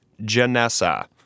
Janessa